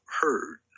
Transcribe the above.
heard